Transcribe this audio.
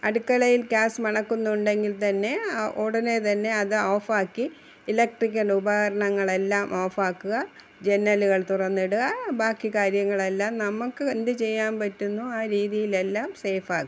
അടുക്കളയിൽ ഗ്യാസ് മണക്കുന്നുണ്ടെങ്കിൽത്തന്നെ ഉടനെ തന്നെ അത് ഓഫ് ആക്കി ഇലക്ട്രിക്കൽ ഉപകരണങ്ങൾ എല്ലാം ഓഫ് ആക്കുക ജനലുകൾ തുറന്നിടുക ബാക്കി കാര്യങ്ങളെല്ലാം നമുക്ക് എന്ത് ചെയ്യാൻ പറ്റുന്നോ ആ രീതിയിലെല്ലാം സേഫ് ആക്കുക